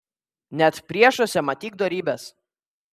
net priešuose matyk dorybes